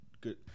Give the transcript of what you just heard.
good